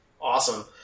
Awesome